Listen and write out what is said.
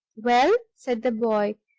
well, said the boy,